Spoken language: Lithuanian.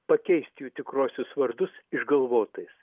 pakeisti jų tikruosius vardus išgalvotais